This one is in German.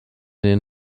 den